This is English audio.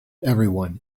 everyone